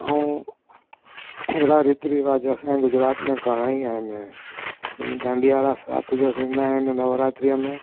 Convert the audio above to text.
ऐं अहिड़ा रीति रिवाज़ असांजे गुजरात में घणा ई आहिनि जिन में डांडिया रास राति जो थींदा आहिनि नवरात्रीअ में